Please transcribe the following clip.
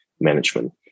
management